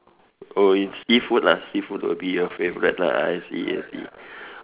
oh it's seafood lah seafood would be your favourite lah I see I see